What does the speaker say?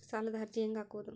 ಸಾಲದ ಅರ್ಜಿ ಹೆಂಗ್ ಹಾಕುವುದು?